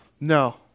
No